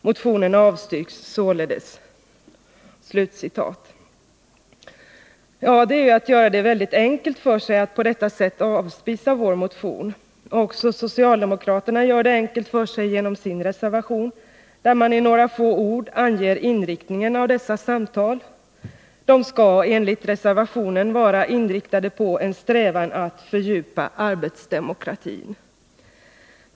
Motionen avstyrks således.” Ja, det är ju att göra det väldigt enkelt för sig att på detta sätt avspisa vår motion. Också socialdemokraterna gör det enkelt för sig genom sin reservation, där man i några få ord anger inriktningen av dessa samtal. De skall enligt reservationen vara inriktade på ”en strävan att fördjupa arbetsdemokratin”.